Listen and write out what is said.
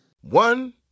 One